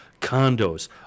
Condos